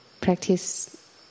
Practice